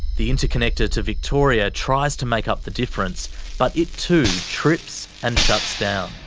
the interconnector to victoria tries to make up the difference but it too trips and shuts down.